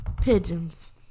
Pigeons